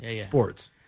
sports